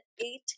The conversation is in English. eight